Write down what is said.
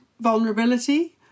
vulnerability